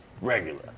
regular